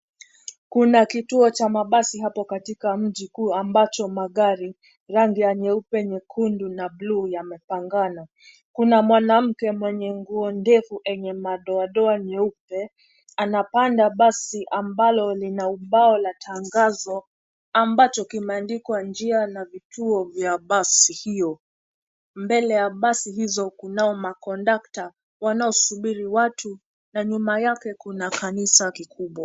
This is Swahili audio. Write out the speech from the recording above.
Kuna kituo cha mabasi hapo katika mji kuu ambacho magari, rangi ya nyeupe, nyekundu na bluu yamepangana, kuna mwanamke mwenye nguo ndefu enye madoadoa nyeupe, anapanda basi ambalo lina ubao la tangazo, ambacho kimeandikwa njia na vituo vya basi hio, mbele ya basi hizo kunao makondukta, wanaosubiri watu, na nyuma yake kuna kanisa kikubwa.